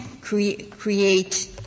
create –